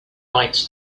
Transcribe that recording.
writes